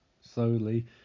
Slowly